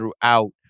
throughout